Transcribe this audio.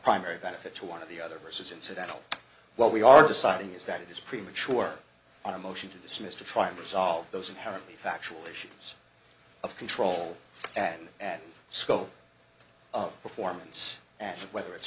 primary benefit to one of the other verses incidental what we are deciding is that it is premature on a motion to dismiss to try to resolve those inherently factual issues of control and at scope of performance and whether it's